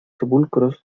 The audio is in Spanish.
sepulcros